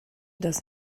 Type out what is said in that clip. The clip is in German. das